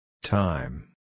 Time